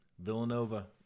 Villanova